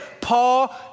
Paul